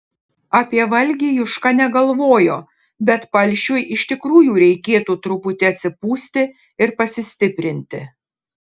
apie valgį juška negalvojo bet palšiui iš tikrųjų reikėtų truputį atsipūsti ir pasistiprinti